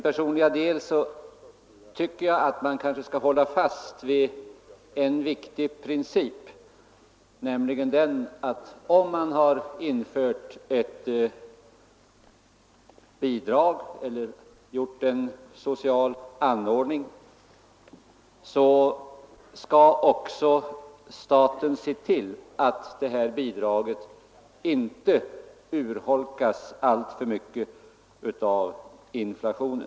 Personligen tycker jag att man bör hålla fast vid en viktig princip, nämligen att staten sedan ett bidrag införts också skall se till att bidraget inte urholkas alltför mycket genom inflationen.